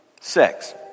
sex